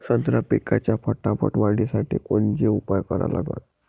संत्रा पिकाच्या फटाफट वाढीसाठी कोनचे उपाव करा लागन?